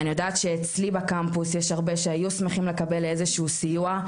אני יודעת שאצלי בקמפוס יש הרבה שהיו שמחים לקבל איזה שהוא סיוע.